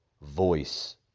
voice